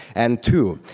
and two,